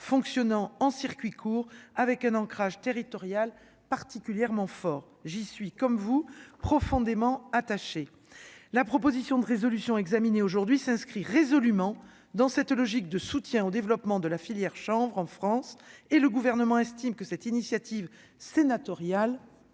fonctionnant en circuit court avec un ancrage territorial particulièrement fort, j'y suis, comme vous, profondément attaché, la proposition de résolution examiné aujourd'hui s'inscrit résolument dans cette logique de soutien au développement de la filière chambre en France et le gouvernement estime que cette initiative sénatoriale.